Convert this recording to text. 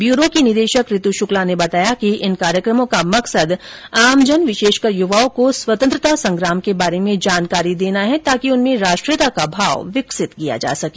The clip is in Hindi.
ब्यूरो की निदेषक ऋत् शक्ला ने बताया कि इन विषेष कार्यकमों का मकसद आमजन विषेषकर युवाओं को स्वतंत्रता संग्राम के बारे में जानकारी देना है ताकि उनमें राष्ट्रीयता का भाव विकसित हो सके